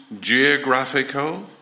geographical